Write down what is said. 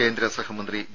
കേന്ദ്രസഹമന്ത്രി വി